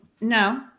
No